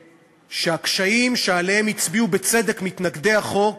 ושהקשיים שעליהם הצביעו בצדק מתנגדי החוק